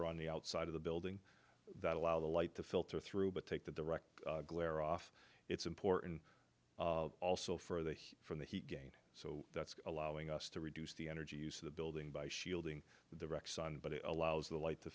are on the outside of the building that allow the light to filter through but take the direct glare off it's important also for the heat from the heat gain so that's allowing us to reduce the energy use of the building by shielding the wrecked sun but it allows the light to